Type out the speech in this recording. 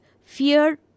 fear